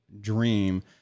dream